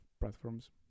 platforms